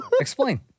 Explain